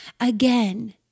again